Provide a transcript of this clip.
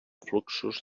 fluxos